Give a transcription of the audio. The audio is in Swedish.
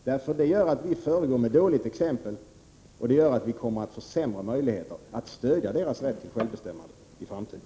Vi föregår nämligen med dåligt exempel, och det gör att vi kommer att försämra möjligheterna att stödja deras rätt till självbestämmande i framtiden.